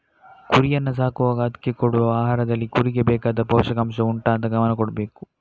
ಕುರಿಯನ್ನ ಸಾಕುವಾಗ ಅದ್ಕೆ ಕೊಡುವ ಆಹಾರದಲ್ಲಿ ಕುರಿಗೆ ಬೇಕಾದ ಪೋಷಕಾಂಷ ಉಂಟಾ ಅಂತ ಗಮನ ಕೊಡ್ಬೇಕು